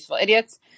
idiots